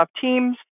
Teams